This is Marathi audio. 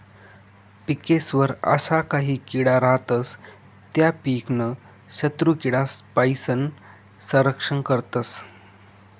पिकेस्वर अशा काही किडा रातस त्या पीकनं शत्रुकीडासपाईन संरक्षण करतस